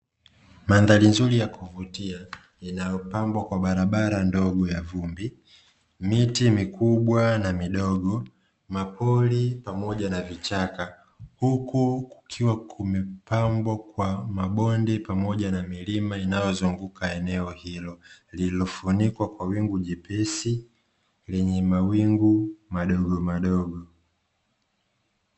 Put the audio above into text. Mandhari nzuri ya kuvutia inayopambwa kwa barabara ndogo ya vumbi, miti mikubwa na midogo, mapori pamoja na vichaka huku kukiwa kumepambwa kwa mabonde pamoja na milima inayozunguka eneo hilo; lililofunikwa kwa wingu nyepesi lenye mawingu madogomadogo.